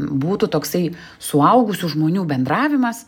būtų toksai suaugusių žmonių bendravimas